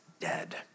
dead